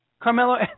Carmelo